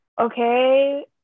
okay